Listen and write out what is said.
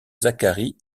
zacharie